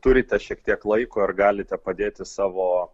turite šiek tiek laiko ir galite padėti savo